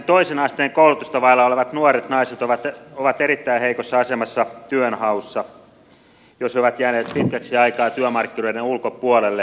toisen asteen koulutusta vailla olevat nuoret naiset ovat erittäin heikossa asemassa työnhaussa jos he ovat jääneet pitkäksi aikaa työmarkkinoiden ulkopuolelle